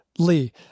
Lee